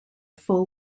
full